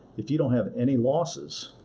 if you don't have any losses,